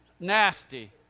Nasty